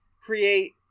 Create